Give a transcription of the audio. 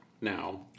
now